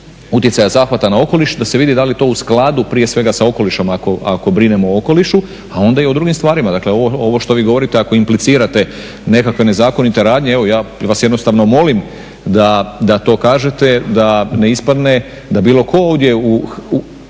utjecaja zahvata na okoliš da se vidi da li je to u skladu prije svega sa okolišem ako brinemo o okolišu a onda i o drugim stvarima. Dakle ovo što vi govorite ako implicirate nekakve nezakonite radnje evo ja vas jednostavno molim da to kažete da ne ispadne da bilo tko ovdje u